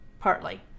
partly